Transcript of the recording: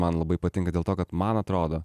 man labai patinka dėl to kad man atrodo